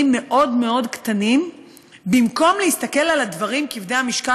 מאוד מאוד קטנים במקום להסתכל על הדברים כבדי המשקל,